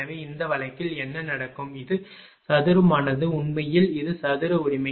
எனவே இந்த வழக்கில் என்ன நடக்கும் இது சதுரமானது உண்மையில் இது சதுர உரிமை